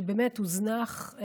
שבאמת הוזנח.